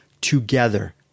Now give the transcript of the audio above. Together